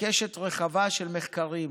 בקשת רחבה של מחקרים